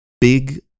big